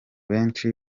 benshi